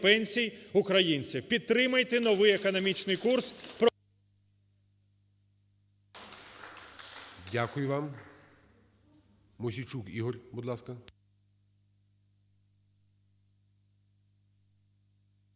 пенсій українців. Підтримайте новий економічний курс…